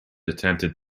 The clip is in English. attempted